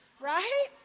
Right